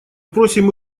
просим